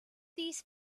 these